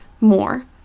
more